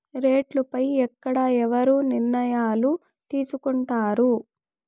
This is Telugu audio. రేట్లు పై ఎక్కడ ఎవరు నిర్ణయాలు తీసుకొంటారు?